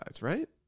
right